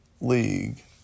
league